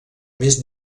més